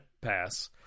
pass